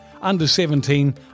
under-17